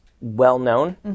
well-known